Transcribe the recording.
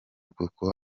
kuko